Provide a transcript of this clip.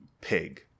Pig